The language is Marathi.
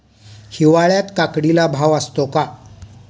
हिवाळ्यात काकडीला भाव असतो का?